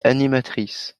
animatrice